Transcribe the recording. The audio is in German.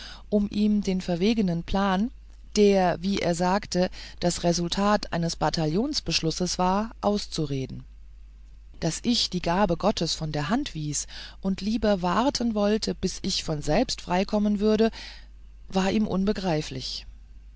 um ihm den verwegenen plan der wie er sagte das resultat eines bataillons beschlusses war auszureden daß ich die gabe gottes von der hand wies und lieber warten wollte bis ich von selbst freikommen würde war ihm unbegreiflich